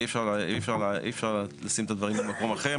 ואי אפשר לשים את הדברים במקום אחר,